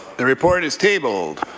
the report is tabled.